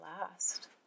last